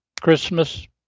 Christmas